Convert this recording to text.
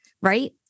right